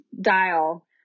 dial